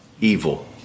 Evil